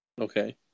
Okay